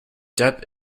depp